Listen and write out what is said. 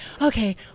okay